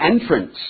entrance